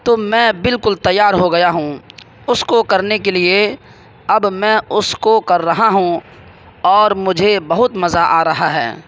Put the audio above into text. تو میں بالکل تیار ہو گیا ہوں اس کو کرنے کے لیے اب میں اس کو کر رہا ہوں اور مجھے بہت مزہ آرہا ہے